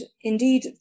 indeed